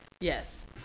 yes